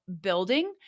building